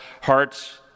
hearts